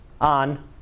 on